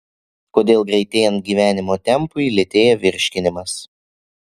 kodėl greitėjant gyvenimo tempui lėtėja virškinimas